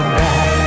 back